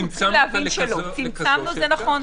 צמצמנו, זה נכון.